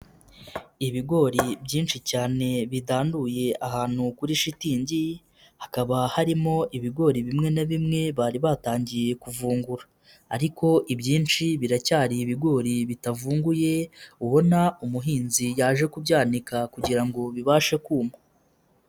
Ibigori byinshi cyane bidanduye ahantu kuri shitingi, hakaba harimo ibigori bimwe na bimwe bari batangiye kuvungura ariko ibyinshi biracyari ibigori bitavunguye, ubona umuhinzi yaje kubyanika kugira ngo bibashe kuma.